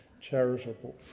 charitable